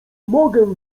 mogę